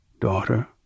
daughter